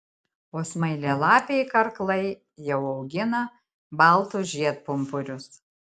o smailialapiai karklai jau augina baltus žiedpumpurius